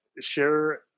Share